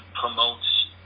promotes